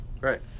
Right